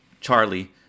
Charlie